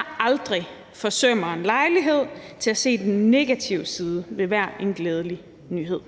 der aldrig forsømmer en lejlighed til at se den negative side ved hver en glædelig nyhed.